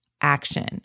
action